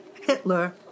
Hitler